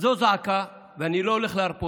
אז זו זעקה, ואני לא הולך להרפות.